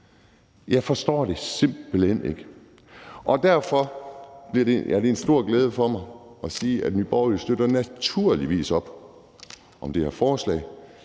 Jeg forstår det simpelt hen ikke, og derfor er det også en stor glæde for mig at sige, at Nye Borgerlige naturligvis støtter op om det her forslag.